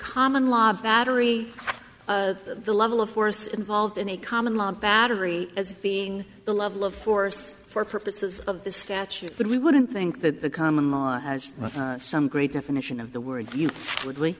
common law battery the level of force involved in a common law battery as being the level of force for purposes of the statute but we wouldn't think that the common law has some great definition of the word you would